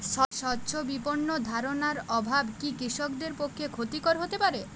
স্বচ্ছ বিপণন ধারণার অভাব কি কৃষকদের পক্ষে ক্ষতিকর হতে পারে?